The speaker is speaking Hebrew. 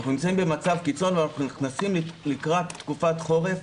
אנחנו נמצאים במצב קיצון ואנחנו נכנסים לקראת תקופת חורף.